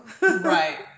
Right